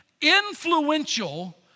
influential